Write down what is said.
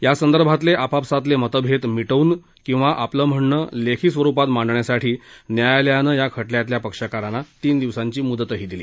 यासंदर्भातले आपापसातले मतभेद मिटवून किंवा आपलं म्हणणं लेखी स्वरूपात मांडण्यासाठी न्यायालयानं या खटल्यातल्या पक्षकारांना तीन दिवसांची मुदतही दिली